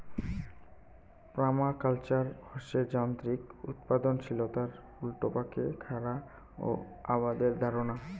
permaculture হসে যান্ত্রিক উৎপাদনশীলতার উল্টাপাকে খারা ও আবাদের ধারণা